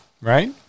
right